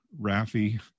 Rafi